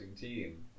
team